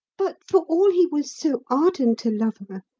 but for all he was so ardent a lover,